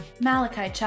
Malachi